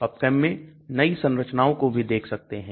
PubChem मैं नई संरचनाओं को भी देख सकते हैं